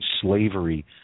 slavery